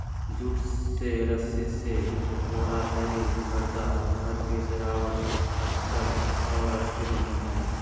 jute से रस्सी से बोरा, दरी, परदा घर के सजावट अस्तर और रस्सी बनो हइ